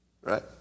right